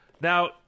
Now